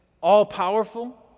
all-powerful